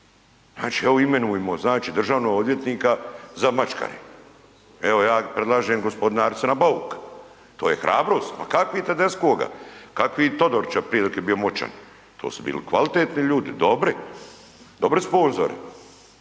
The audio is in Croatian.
znači evo imenujmo znači državnog odvjetnika za maškare, evo ja predlažem gospodina Arsena Bauka. To je hrabrost, pa kakvi Tedeschoga, kakvi Todorića prije dok je bio moćan. To su bili kvalitetni ljudi, dobri, dobri sponzori.